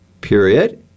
period